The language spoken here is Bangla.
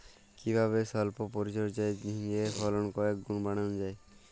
কিভাবে সল্প পরিচর্যায় ঝিঙ্গের ফলন কয়েক গুণ বাড়ানো যায়?